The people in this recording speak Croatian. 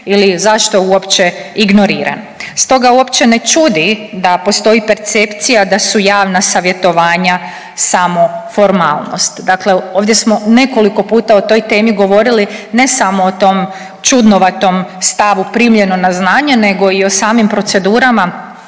ili zašto uopće ignoriran. Stoga uopće ne čudi da postoji percepcija da su javna savjetovanja samo formalnost. Dakle, ovdje smo nekoliko puta o toj temi govorili ne samo o tom čudnovatom stavu primljeno na znanje nego i o samim procedurama